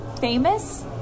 Famous